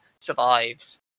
survives